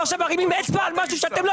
אתם עכשיו מרימים אצבע על משהו שאתם לא